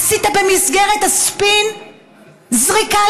עשית במסגרת הספין זריקה,